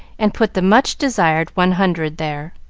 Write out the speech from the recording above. and put the much-desired one hundred there.